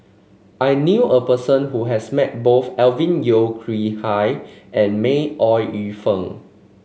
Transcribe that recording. I knew a person who has met both Alvin Yeo Khirn Hai and May Ooi Yu Fen